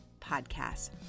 podcast